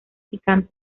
picante